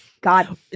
God